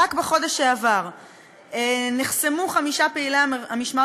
רק בחודש שעבר נחסמו חמישה פעילי "המשמר